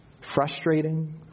frustrating